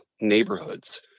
neighborhoods